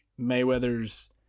Mayweather's